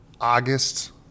August